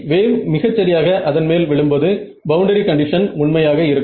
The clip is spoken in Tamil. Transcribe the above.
வேவ் மிகச் சரியாக அதன் மேல் விழும் போது பவுண்டரி கண்டிஷன் உண்மையாக இருக்கும்